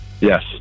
yes